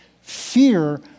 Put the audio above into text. fear